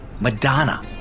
madonna